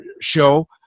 show